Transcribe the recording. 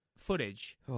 footage